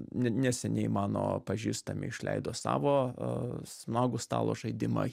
neseniai mano pažįstami išleido savo smagų stalo žaidimą